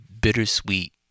bittersweet